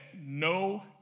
no